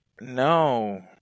No